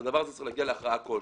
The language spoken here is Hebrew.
הדבר הזה צריך להגיע להכרעה כלשהי.